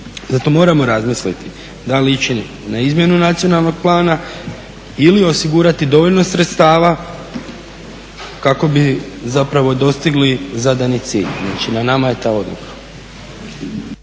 Zato moramo razmisliti da li ići na izmjenu nacionalnog plana ili osigurati dovoljno sredstava kako bi zapravo dostigli zadani cilj. Znači na nama je ta odluka.